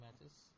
matches